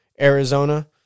Arizona